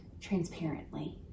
transparently